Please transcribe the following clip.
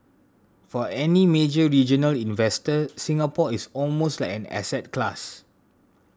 for any major regional investor Singapore is almost like an asset class